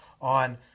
on